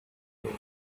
outer